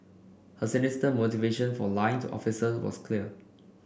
her sinister motivation for lying to officer was clear